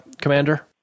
Commander